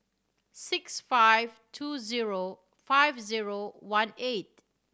six five two zero five zero one eight